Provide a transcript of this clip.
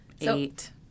eight